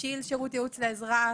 שי"ל שירות ייעוץ לאזרח,